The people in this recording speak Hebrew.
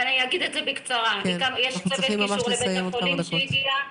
הגיע צוות קישור לבית החולים,